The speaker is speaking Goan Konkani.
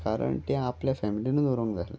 कारण तें आपल्या फेमिलीनू उरोंका जाय आसलें